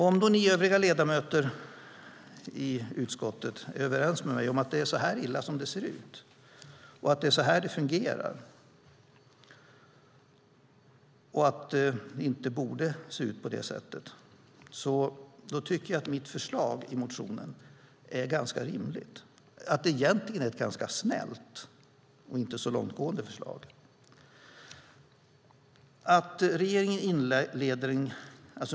Om ni övriga ledamöter i utskottet är överens med mig om att det ser ut så här och att det är så här illa det fungerar, och att det inte borde se ut på det sättet, tycker jag att mitt förslag i motionen är ganska rimligt, att det egentligen är ett ganska snällt och inte så långtgående förslag.